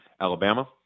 Alabama